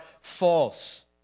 false